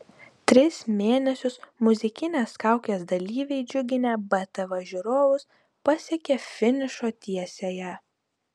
tris mėnesius muzikinės kaukės dalyviai džiuginę btv žiūrovus pasiekė finišo tiesiąją